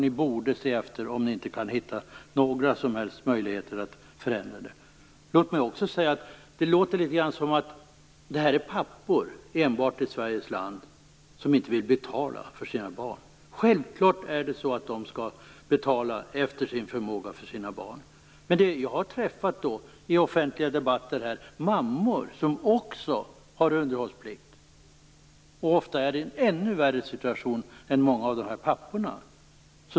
Ni borde se efter om ni inte kan hitta några möjligheter att förändra det. Det låter som att det är enbart pappor i Sveriges land som inte vill betala för sina barn. Självklart skall de betala för sina barn efter sin förmåga. Men jag har i offentliga debatter träffat mammor som också har underhållsplikt, och de har ofta en ännu värre situation än många av dessa pappor.